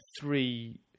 three